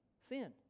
Sin